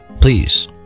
please